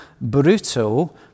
brutal